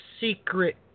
secret